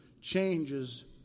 changes